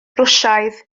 rwsiaidd